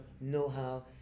know-how